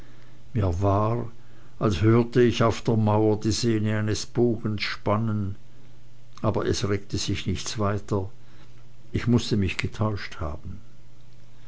mir war als hörte ich auf der mauer die sehne eines bogens spannen aber es regte sich nichts weiter ich mußte mich getäuscht haben